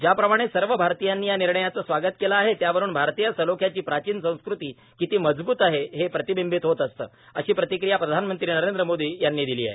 ज्याप्रमाणे सर्व आरतीयांनी या निर्णयाचं स्वागत केला आहे त्यावरून आरतीय सलोख्याची प्राचीन संस्कृती किती मजबूत आहे हे प्रतिबिंबित होतं अशी प्रतिक्रिया प्रधानमंत्री नरेंद्र मोदी यांनी दिली आहे